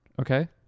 okay